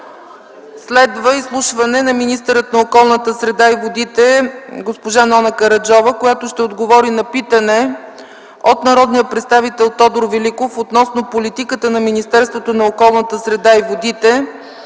Следва изслушване на министъра на околната среда и водите госпожа Нона Караджова, която ще отговори на питане от народния представител Тодор Великов относно политиката на Министерството на околната среда и водите,